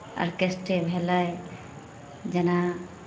आर्केस्ट्रे भेलै जेना